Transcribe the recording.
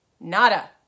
Nada